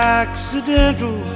accidental